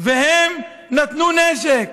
והם נתנו נשק.